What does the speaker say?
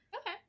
Okay